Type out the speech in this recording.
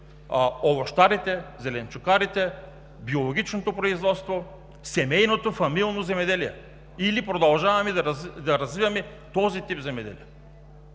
овощарите, зеленчукопроизводителите, биологичното производство, семейното фамилно земеделие, или продължаваме да развиваме този тип земеделие.